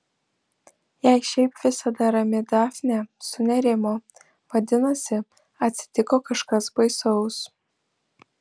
jei šiaip visada rami dafnė sunerimo vadinasi atsitiko kažkas baisaus